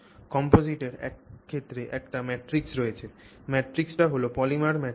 কম্পজিটের এক্ষেত্রে একটি ম্যাট্রিক্স রয়েছে ম্যাট্রিক্সটা হল পলিমার পলিমার ম্যাট্রিক্স